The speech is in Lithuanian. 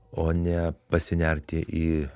o ne pasinerti į